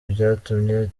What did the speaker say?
byatumye